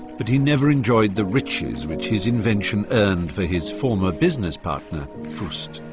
but he never enjoyed the riches which his invention earned for his former business partner fust.